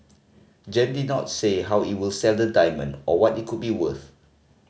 Gem did not say how it will sell the diamond or what it could be worth